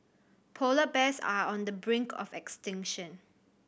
polar bears are on the brink of extinction